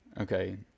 Okay